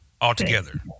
altogether